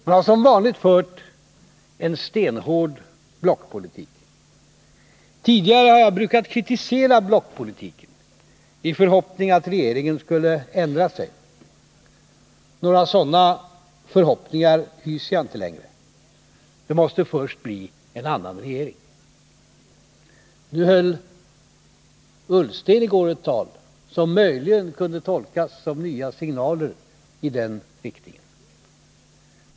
Man har som vanligt fört en stenhård blockpolitik. Tidigare har jag brukat kritisera blockpolitiken i förhoppning att regeringen skulle ändra sig. Några sådana förhoppningar hyser jag inte längre. Det måste först bli en annan regering. I går höll Ola Ullsten ett tal som möjligen kunde tolkas som nya signaler i den riktningen.